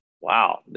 wow